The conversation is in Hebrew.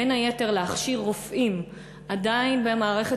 בין היתר כדי להכשיר רופאים כבר במערכת